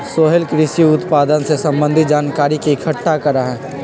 सोहेल कृषि उत्पादन से संबंधित जानकारी के इकट्ठा करा हई